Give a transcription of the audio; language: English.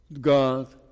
God